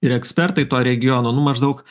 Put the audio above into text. ir ekspertai to regiono nu maždaug